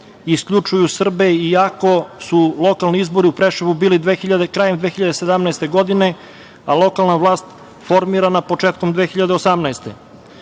isključuju Srbe, iako su lokalni izbori u Preševu bili krajem 2017. godine, a lokalna vlast formirana početkom 2018.